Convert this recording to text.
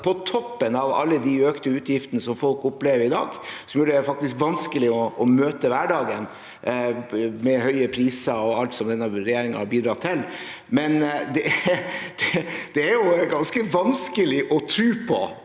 på toppen av alle de økte utgiftene som folk opplever i dag, og som gjør det vanskelig å møte hverdagen, med høye priser og alt som denne regjeringen har bidratt til. Det er ganske vanskelig å tro på